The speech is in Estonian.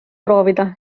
proovida